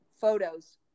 photos